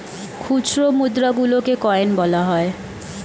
খুচরো মুদ্রা গুলোকে কয়েন বলা হয়